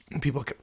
people